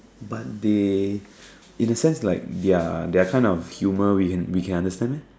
mundane in the sense like their their kind of humour we we can understand meh